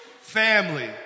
family